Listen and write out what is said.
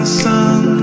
sun